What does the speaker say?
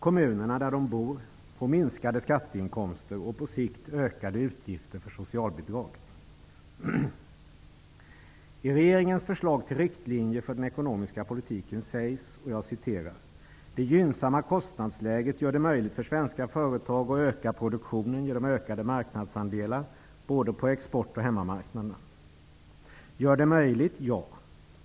Kommunerna där dessa människor bor får därmed minskade skatteinkomster och på sikt ökade utgifter för socialbidrag. I regeringens förslag till riktlinjer för den ekonomiska politiken sägs: ''Det gynnsamma kostnadsläget gör det möjligt för svenska företag att öka produktionen genom ökade marknadsandelar både på export och hemmamarknaderna.'' Att kostnadsläget gör detta möjligt, det stämmer.